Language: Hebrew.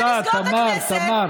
תודה, תמר.